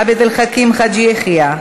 עבד אל חכים חאג' יחיא,